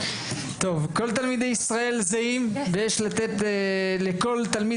כל תלמידי ישראל זהים ויש לתת לכל תלמיד